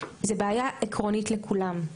זו בעיה עקרונית לכולם.